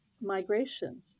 migration